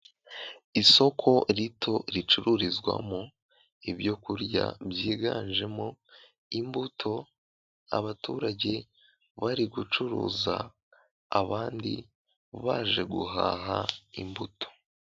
Isoko rito ricururizwamo ibyo kurya byiganjemo imbuto, abaturage bari gucuruza, abandi baje guhaha imbuto.